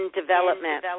development